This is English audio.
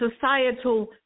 societal